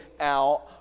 out